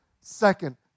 Second